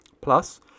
Plus